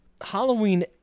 Halloween